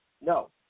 No